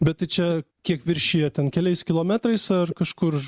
bet čia kiek viršija keliais kilometrais ar kažkur